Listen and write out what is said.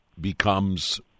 becomes